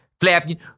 flapping